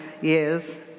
years